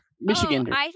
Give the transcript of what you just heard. Michigan